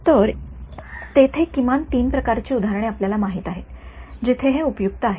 तर तेथे किमान तीन प्रकारची उदाहरणे आपल्याला माहित आहेत जिथे हे उपयुक्त आहे